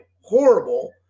horrible